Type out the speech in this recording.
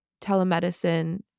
telemedicine